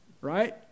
right